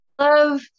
love